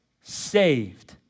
saved